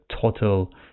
total